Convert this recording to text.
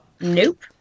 nope